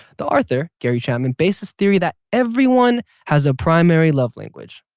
the author, gary chapman, based his theory that everyone has a primary love language.